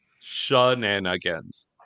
shenanigans